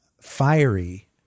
fiery